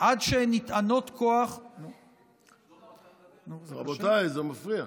עד שהן נטענות כוח, רבותיי, זה מפריע.